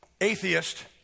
atheist